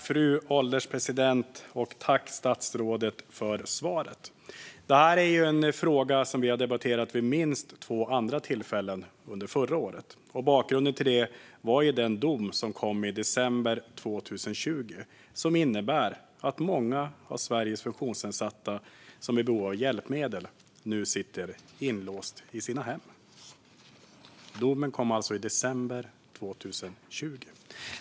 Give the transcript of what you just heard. Fru ålderspresident! Tack, statsrådet, för svaret! Det här är en fråga som vi debatterade vid minst två andra tillfällen förra året. Bakgrunden var den dom som kom i december 2020 som innebär att många av Sveriges funktionsnedsatta som är i behov av hjälpmedel nu sitter inlåsta i sina hem. Domen kom alltså i december 2020.